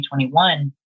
2021